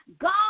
God